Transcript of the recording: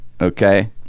okay